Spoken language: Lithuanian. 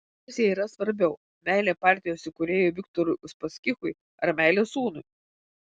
kas jai yra svarbiau meilė partijos įkūrėjui viktorui uspaskichui ar meilė sūnui